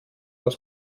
aus